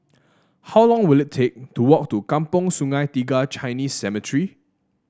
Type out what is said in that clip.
how long will it take to walk to Kampong Sungai Tiga Chinese Cemetery